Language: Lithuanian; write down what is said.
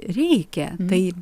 reikia tai